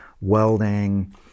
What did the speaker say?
welding